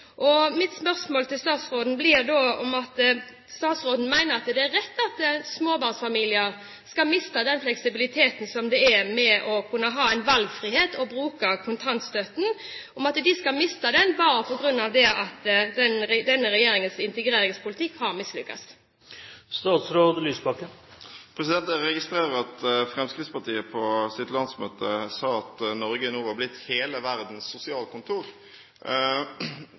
Mitt spørsmål til statsråden blir da om han mener det er rett at småbarnsfamilier skal miste den fleksibiliteten det er å kunne ha en valgfrihet og bruke kontantstøtten – om de skal miste den bare på grunn av at denne regjeringens integreringspolitikk har mislyktes. Jeg registrerer at Fremskrittspartiet på sitt landsmøte sa at Norge nå var blitt hele «verdens sosialkontor».